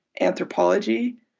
anthropology